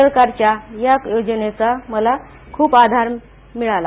सरकारच्या या योजनेचा मला खूप आधार मिळाला